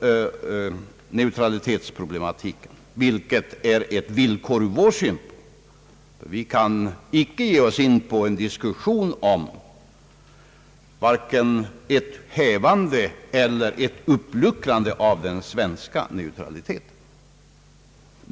ut neutralitetsproblematiken, vilket är ett villkor ur vår synpunkt. Vi kan dock icke ge oss in på en diskussion om vare sig ett hävande eller ett uppluckrande av den svenska neutraliteten.